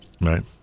Right